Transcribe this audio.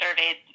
surveyed